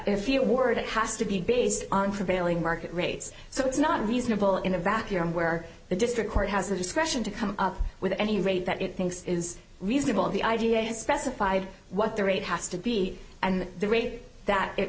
if you wore it it has to be based on prevailing market rates so it's not unreasonable in a vacuum where the district court has the discretion to come up with any rate that it thinks is reasonable the idea is specified what the rate has to be and the rate that it